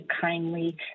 kindly